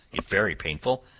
if very painful,